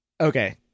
Okay